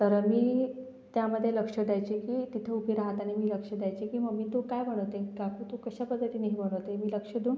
तर मी त्यामध्ये लक्ष द्यायची की तिथे उभी राहताना मी लक्ष द्यायची की मम्मी तू काय बनवते काकू तू कशा पद्धतीने बनवते मी लक्ष देऊन